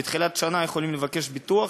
בתחילת השנה יכולים לבקש ביטוח,